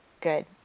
good